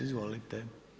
Izvolite.